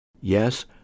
Yes